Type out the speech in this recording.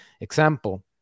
example